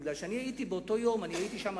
מפני שבאותו יום הייתי שם,